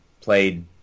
played